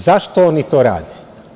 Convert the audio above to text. Zašto oni to rade?